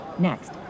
Next